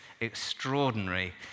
extraordinary